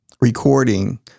recording